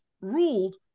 ruled